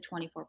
24